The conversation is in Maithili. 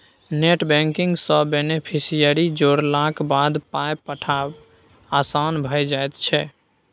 नेटबैंकिंग सँ बेनेफिसियरी जोड़लाक बाद पाय पठायब आसान भऽ जाइत छै